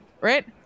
Right